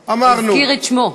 אמרנו, הוא הזכיר את שמו.